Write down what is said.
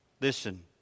listen